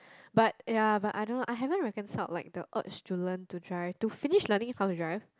but ya but I don't I haven't reconsult odd student to drive to finish learning from the drive